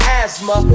asthma